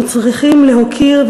אנחנו צריכים להוקיר,